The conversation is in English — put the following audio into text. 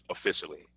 officially